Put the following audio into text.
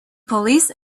police